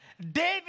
David